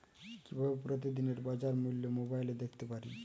কিভাবে প্রতিদিনের বাজার মূল্য মোবাইলে দেখতে পারি?